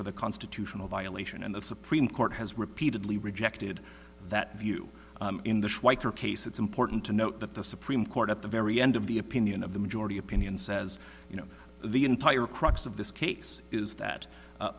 for the constitutional violation and the supreme court has repeatedly rejected that view in the schweiker case it's important to note that the supreme court at the very end of the opinion of the majority opinion says you know the entire crux of this case is that